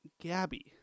Gabby